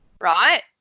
right